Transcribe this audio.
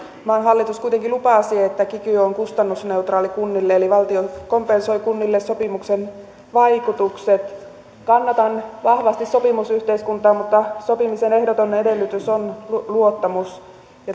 maan hallitus kuitenkin lupasi että kiky on kustannusneutraali kunnille eli valtio kompensoi kunnille sopimuksen vaikutukset kannatan vahvasti sopimusyhteiskuntaa mutta sopimisen ehdoton edellytys on luottamus